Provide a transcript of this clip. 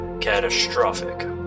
catastrophic